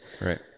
right